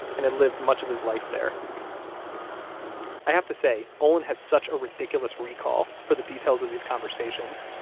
and had lived much of his life there i have to say, olin has such a ridiculous recall for the details of these conversations,